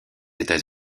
états